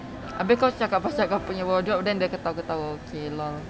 abeh kau cakap pasal kau punya wardrobe then dia ketawa-ketawa okay lor